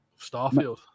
Starfield